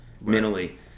mentally